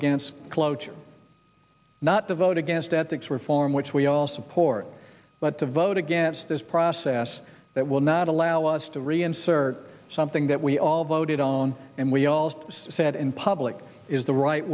against cloture not to vote against ethics reform which we all support but the vote against this process that will not allow us to re insert something that we all voted on and we all said in public is the right